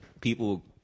people